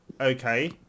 okay